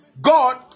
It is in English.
God